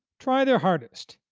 try their hardest,